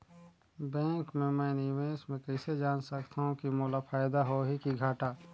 Bank मे मैं निवेश मे कइसे जान सकथव कि मोला फायदा होही कि घाटा?